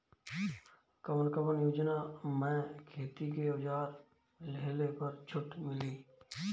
कवन कवन योजना मै खेती के औजार लिहले पर छुट मिली?